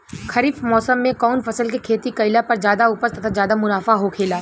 खरीफ़ मौसम में कउन फसल के खेती कइला पर ज्यादा उपज तथा ज्यादा मुनाफा होखेला?